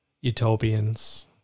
Utopians